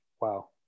wow